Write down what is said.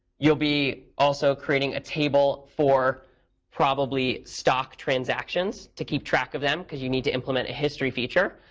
you'll be also creating a table for probably stock transactions, to keep track of them, because you need to implement a history feature.